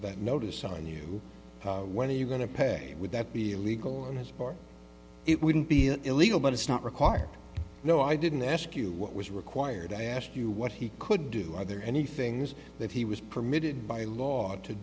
that notice sign you when are you going to pay would that be illegal and his part it wouldn't be illegal but it's not required no i didn't ask you what was required i asked you what he could do are there any things that he was permitted by law to